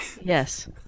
Yes